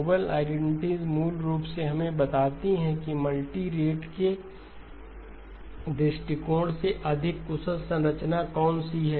Nobel identities मूल रूप से हमें बताती है कि मल्टी रेट के दृष्टिकोण से अधिक कुशल संरचना कौन सी है